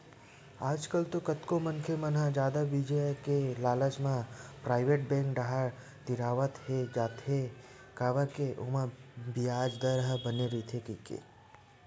आजकल तो कतको मनखे मन ह जादा बियाज के लालच म पराइवेट बेंक डाहर तिरावत जात हे काबर के ओमा बियाज दर ह बने रहिथे कहिके